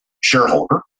shareholder